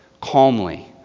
calmly